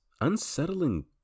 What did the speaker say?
unsettling